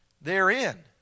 therein